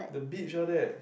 the bitch all that